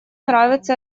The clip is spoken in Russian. нравится